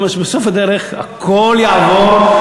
כיוון שבסוף הדרך הכול יעבור,